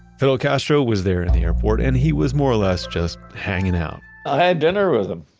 fidel castro was there at the airport, and he was more or less just hanging out i had dinner with him